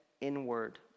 inward